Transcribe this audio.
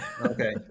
Okay